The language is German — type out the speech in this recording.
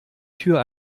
tür